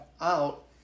out